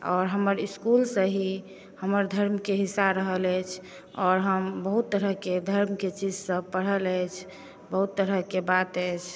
और हमर इस्कूलसँ ही हमर धर्मकेँ हिस्सा रहल अछि आओर हम बहुत तरहकें धर्मकेँ चीज सब पढ़ल अछि बहुत तरहकेँ बात अछि